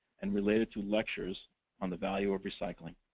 and relate it to lectures on the value of recycling.